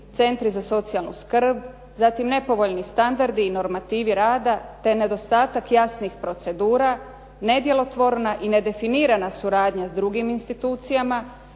centri za socijalnu skrb, zatim nepovoljni standardi i normativi rada, te nedostatak jasnih procedura, nedjelotvorna i nedefinirana suradnja s drugim institucijama,